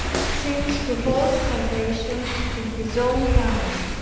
seems to hold salvation in his own hand,